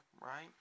right